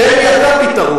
תן לי אתה פתרון.